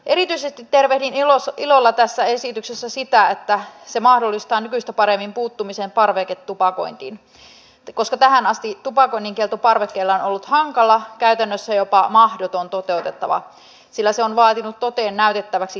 erityisesti tervehdin ilolla tässä esityksessä sitä että se mahdollistaa nykyistä paremmin puuttumisen parveketupakointiin koska tähän asti tupakoinnin kielto parvekkeella on ollut hankala käytännössä jopa mahdoton toteutettava sillä se on vaatinut toteen näytettäväksi terveyshaitan savusta